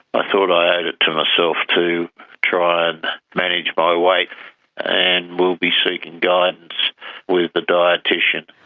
i thought i owed it to myself to try and manage my weight and will be seeking guidance with a dietician.